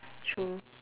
true